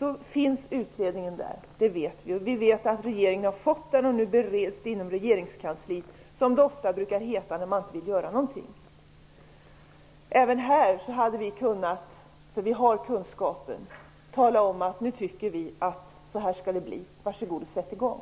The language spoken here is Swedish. har kommit. Det vet vi. Vi vet att regeringen har fått den och att den nu bereds inom regeringskansliet, som det ofta brukar heta när man inte vill göra någonting. Även här hade vi kunnat -- för vi har kunskapen -- tala om att vi tycker att på det här sättet skall det bli. Var så god och sätt i gång!